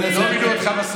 אני מציע לך,